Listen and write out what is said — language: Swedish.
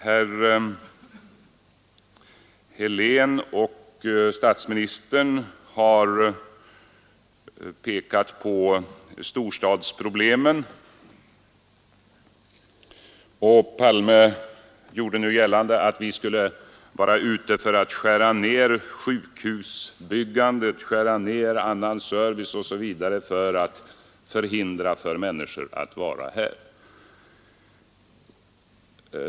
Herr Helén och statsminister Palme pekade på storstadsproblemen, och herr Palme gjorde gällande att vi skulle vara ute för att skära ned sjukhusbyggandet, skära ned annan service osv. för att förhindra människor att bo i storstäderna.